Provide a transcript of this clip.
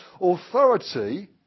authority